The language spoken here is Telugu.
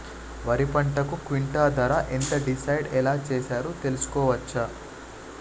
వరి పంటకు క్వింటా ధర ఎంత డిసైడ్ ఎలా చేశారు తెలుసుకోవచ్చా?